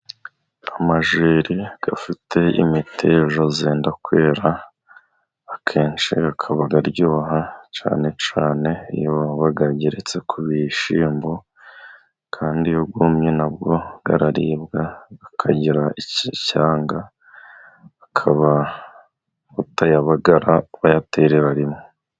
Amajyeri afite imiteja yenda kwera akenshi akaba aryoha cyane cyane iyo bayageretse ku bishyimbo, kandi iyo yumye nabwo arararibwa akagira icyanga, bakaba batayabagara bayaterera rimwe.